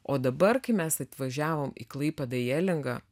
o dabar kai mes atvažiavom į klaipėdą į elingą